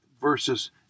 versus